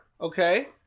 okay